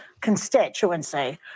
constituency